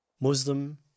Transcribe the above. Muslim